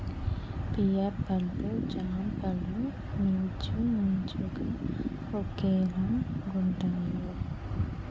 pear పళ్ళు జామపళ్ళు మించుమించుగా ఒకేలాగుంటాయి